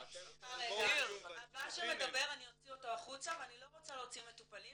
--- הבא שמדבר אני אוציא אותו החוצה ואני לא רוצה להוציא מטופלים.